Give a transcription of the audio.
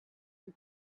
and